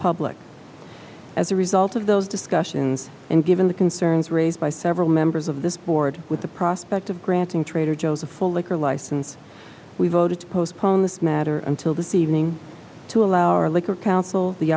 public as a result of those discussions and given the concerns raised by several members of this board with the prospect of granting trader joe's a full liquor license we voted to postpone this matter until this evening to allow our liquor council the